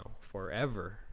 forever